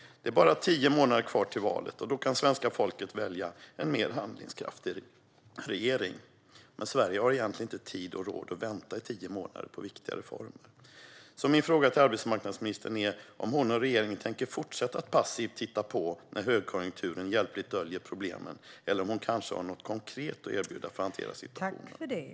Det är bara tio månader kvar till valet, och då kan svenska folket välja en mer handlingskraftig regering. Men Sverige har egentligen inte tid och råd att vänta i tio månader på viktiga reformer. Min fråga till arbetsmarknadsministern är om hon och regeringen tänker fortsätta att passivt titta på när högkonjunkturen hjälpligt döljer problemen eller om hon har något konkret att erbjuda för att hantera situationen.